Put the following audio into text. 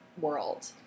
world